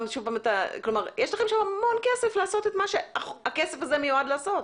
יש לכם שם המון כסף לעשות את מה שהכסף הזה מיועד לעשות,